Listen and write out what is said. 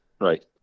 right